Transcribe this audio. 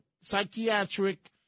psychiatric